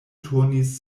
turnis